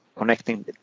connecting